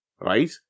right